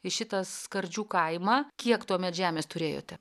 į šitą skardžių kaimą kiek tuomet žemės turėjote